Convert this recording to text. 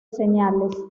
señales